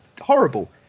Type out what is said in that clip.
horrible